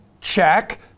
check